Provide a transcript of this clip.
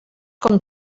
com